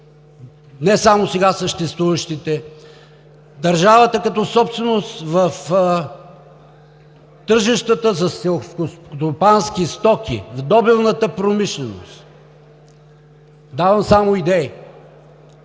не само сега съществуващите. Държавата като собственик в тържищата за селскостопански стоки, в добивната промишленост. Давам само идеи.